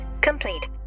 complete